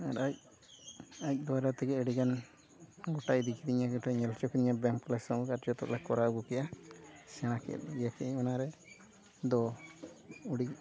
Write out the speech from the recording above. ᱟᱨ ᱟᱡ ᱟᱡ ᱫᱚᱣᱟᱨᱟ ᱛᱮᱜᱮ ᱟᱹᱰᱤᱜᱟᱱ ᱜᱚᱴᱟᱭ ᱤᱫᱤ ᱠᱤᱫᱤᱧᱟ ᱜᱚᱴᱟᱭ ᱧᱮᱞ ᱦᱚᱪᱚ ᱠᱤᱫᱤᱧᱟ ᱵᱮᱭᱟᱢ ᱦᱚᱸ ᱡᱚᱛᱚᱞᱮ ᱠᱚᱨᱟᱣ ᱟᱹᱜᱩ ᱠᱮᱫᱼᱟ ᱥᱮᱬᱟᱠᱮᱫ ᱤᱭᱟᱹ ᱠᱮᱫᱟᱹᱧ ᱚᱱᱟᱨᱮ ᱫᱚ ᱟᱹᱰᱤ